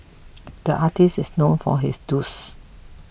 the artists is known for his